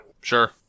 Sure